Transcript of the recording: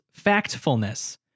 factfulness